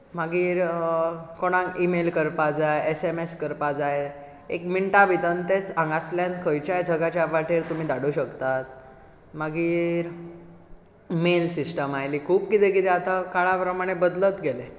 मागीर कोणाक ईमेल करपाक जाय एसएमएस करपाक जाय एक मिण्टां भितर तें हांगासरल्यान खंयच्या जगाच्या पाठेर तुमी धाडूंक शकतात मागीर मेल सिस्टम आयली खूब कितें आतां काळा प्रमाण बदलत गेलें